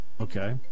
okay